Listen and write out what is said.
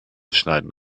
schneiden